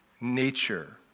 nature